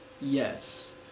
Yes